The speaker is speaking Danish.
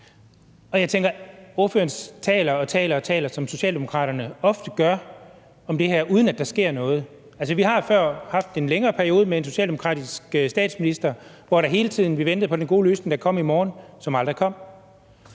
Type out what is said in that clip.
Og jeg tænker, at ordføreren taler og taler, hvad Socialdemokraterne ofte gør, om det her, uden at der sker noget. Vi har før haft en længere periode med en socialdemokratisk statsminister, hvor vi hele tiden ventede på den gode løsning, der kom i morgen – og som aldrig kom.